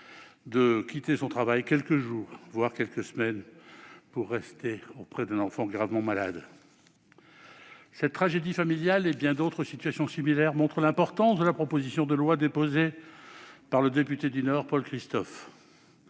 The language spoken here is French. de quitter son travail quelques jours, voire quelques semaines, pour rester auprès d'un enfant gravement malade. Cette tragédie familiale et bien d'autres situations similaires montrent l'importance de la proposition de loi déposée par le député du Nord Paul Christophe.